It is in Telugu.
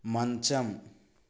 మంచం